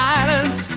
Silence